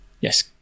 Yes